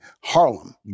Harlem